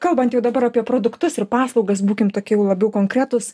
kalbant jau dabar apie produktus ir paslaugas būkim tokie jau labiau konkretūs